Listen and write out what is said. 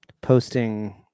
posting